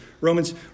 Romans